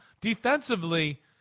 Defensively